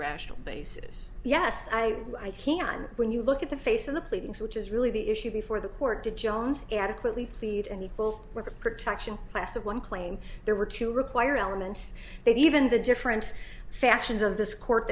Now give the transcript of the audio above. rational basis yes i can when you look at the face of the pleadings which is really the issue before the court did jones adequately plead an equal protection class of one claim there were two required elements that even the different factions of this court